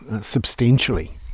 substantially